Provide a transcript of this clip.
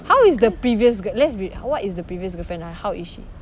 how is the previous girl let's be what is the previous girlfriend like how is she